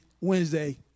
Wednesday